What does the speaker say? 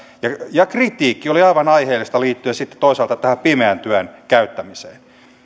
ja ja kritiikki oli aivan aiheellista liittyen sitten toisaalta tähän pimeän työn käyttämiseen